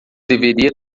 deveria